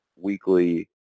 weekly